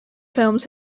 films